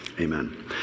amen